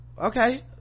okay